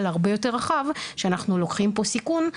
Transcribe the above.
הרבה יותר רחב שאנחנו לוקחים פה סיכון,